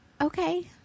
Okay